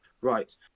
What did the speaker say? right